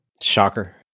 shocker